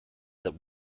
that